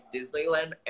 Disneyland